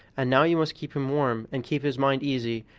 and now you must keep him warm, and keep his mind easy,